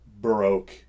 broke